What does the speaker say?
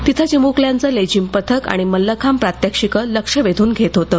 तिथं चिमुकल्यांचं लेझीम पथक आणि मलखांब प्रात्यक्षिक लक्ष वेधून घेत होतं